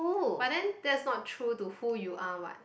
but then that's not true to who you are what